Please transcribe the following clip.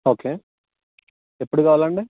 okay ఎప్పుడు కావాలి అండి